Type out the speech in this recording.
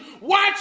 watch